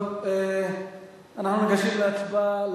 אנחנו ניגשים להצבעה.